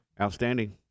Outstanding